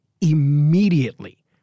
immediately